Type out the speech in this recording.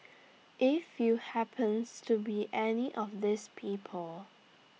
if you happens to be any of these people